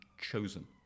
chosen